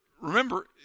remember